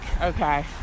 Okay